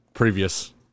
Previous